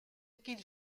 qu’ils